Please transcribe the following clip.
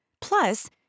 Plus